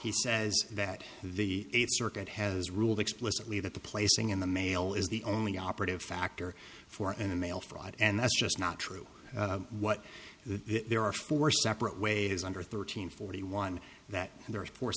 he says that the eighth circuit has ruled explicitly that the placing in the mail is the only operative factor for any mail fraud and that's just not true what there are four separate ways under thirteen forty one that there